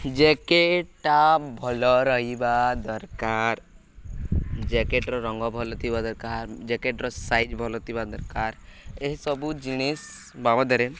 ଜ୍ୟାକେଟ୍ଟା ଭଲ ରହିବା ଦରକାର ଜ୍ୟାକେଟ୍ର ରଙ୍ଗ ଭଲ ଥିବା ଦରକାର ଜ୍ୟାକେଟ୍ର ସାଇଜ୍ ଭଲ ଥିବା ଦରକାର ଏହିସବୁ ଜିନିଷ ବାବଦରେ